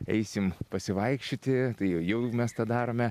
eisim pasivaikščioti tai jau mes tą darome